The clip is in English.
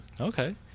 Okay